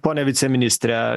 pone viceministre